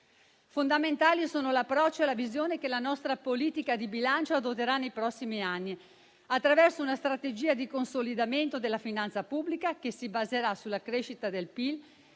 Fondamentali sono l'approccio e la visione che la nostra politica di bilancio adotterà nei prossimi anni attraverso una strategia di consolidamento della finanza pubblica che si baserà sulla crescita del PIL